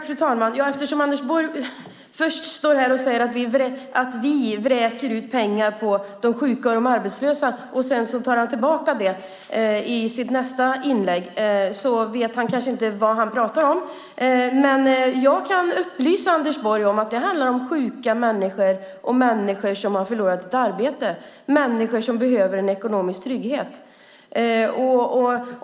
Fru talman! Anders Borg säger först att vi vräker ut pengar på de sjuka och arbetslösa men tar sedan tillbaka det i sitt nästa inlägg. Han vet nog inte vad han pratar om. Jag kan upplysa Anders Borg om att detta handlar om sjuka människor och människor som har förlorat sitt arbete - människor som behöver en ekonomisk trygghet.